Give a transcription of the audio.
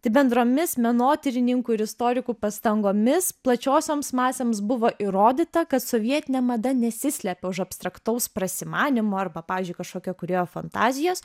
tai bendromis menotyrininkų ir istorikų pastangomis plačiosioms masėms buvo įrodyta kad sovietinė mada nesislepia už abstraktaus prasimanymo arba pavyzdžiui kažkokio kūrėjo fantazijos